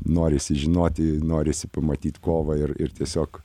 norisi žinoti norisi pamatyt kovą ir ir tiesiog